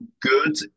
good